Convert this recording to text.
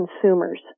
consumers